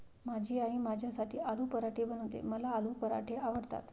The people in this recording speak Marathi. माझी आई माझ्यासाठी आलू पराठे बनवते, मला आलू पराठे आवडतात